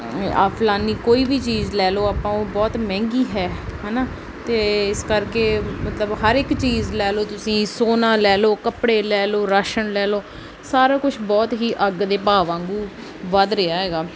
ਆ ਫਲਾਣੀ ਕੋਈ ਵੀ ਚੀਜ਼ ਲੈ ਲਓ ਆਪਾਂ ਉਹ ਬਹੁਤ ਮਹਿੰਗੀ ਹੈ ਹੈ ਨਾ ਅਤੇ ਇਸ ਕਰਕੇ ਮਤਲਬ ਹਰ ਇੱਕ ਚੀਜ਼ ਲੈ ਲਓ ਤੁਸੀਂ ਸੋਨਾ ਲੈ ਲਓ ਕੱਪੜੇ ਲੈ ਲਓ ਰਾਸ਼ਣ ਲੈ ਲਓ ਸਾਰਾ ਕੁਝ ਬਹੁਤ ਹੀ ਅੱਗ ਦੇ ਭਾਅ ਵਾਂਗੂੰ ਵੱਧ ਰਿਹਾ ਹੈਗਾ